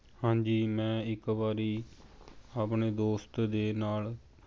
ਹਾਂਜੀ ਮੈਂ ਇੱਕ ਵਾਰੀ ਆਪਣੇ ਦੋਸਤ ਦੇ ਨਾਲ